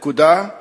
נקודה.